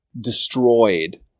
destroyed